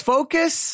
Focus